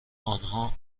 آنها